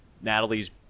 Natalie's